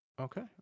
okay